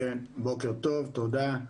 בוקר טוב, תודה.